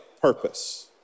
purpose